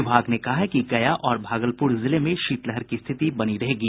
विभाग ने कहा है कि गया और भागलपुर जिले में शीतलहर की स्थिति बनी रहेगी